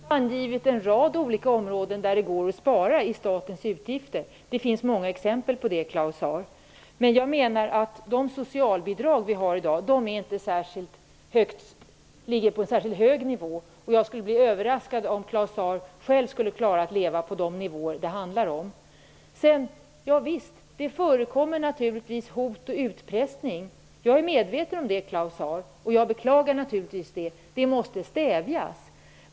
Herr talman! Vänsterpartiet har angivit en rad olika områden där det går att spara i statens utgifter. Det finns många exempel på det. Jag menar att socialbidragen inte ligger på en särskilt hög nivå. Jag skulle bli överraskad om Claus Zaar själv klarade att leva på socialbidrag på den nivå som det handlar om. Ja, visst förekommer det hot och utpressning -- jag är medveten om det. Jag beklagar det naturligvis, och jag anser att det måste stävjas.